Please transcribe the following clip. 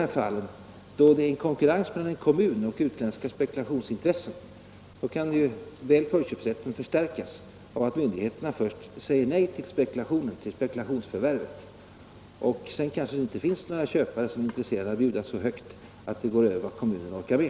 I de fall då det föreligger konkurrens mellan en kommun och utländska spekulationsintressen kan emellertid förköpsrätten förstärkas genom att myndigheterna först säger nej till spekulationsförvärvet. Sedan kanske det inte finns några köpare som är intresserade av att bjuda så högt pris att det går över vad kommunen orkar med.